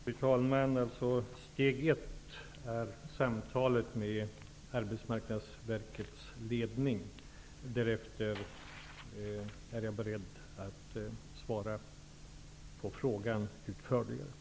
Fru talman! Steg 1 blir samtalet med Arbetsmarknadsverkets ledning. Därefter är jag beredd att besvara frågan utförligare.